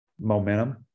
momentum